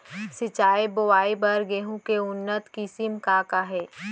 सिंचित बोआई बर गेहूँ के उन्नत किसिम का का हे??